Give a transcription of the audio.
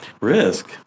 Risk